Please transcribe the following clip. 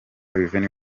revenue